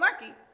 Marky